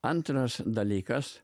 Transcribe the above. antras dalykas